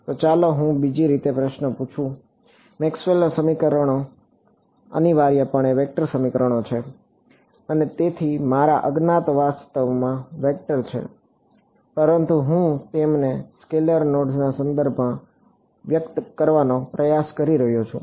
તો ચાલો હું બીજી રીતે પ્રશ્ન પૂછું મેક્સવેલના સમીકરણો અનિવાર્યપણે વેક્ટર સમીકરણો છે અને તેથી મારા અજ્ઞાત વાસ્તવમાં વેક્ટર છે પરંતુ હું તેમને સ્કેલર નોડ્સના સંદર્ભમાં વ્યક્ત કરવાનો પ્રયાસ કરી રહ્યો છું